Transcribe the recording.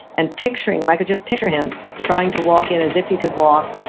and picturing, and i could just picture him trying to walk in as if he could walk,